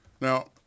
Now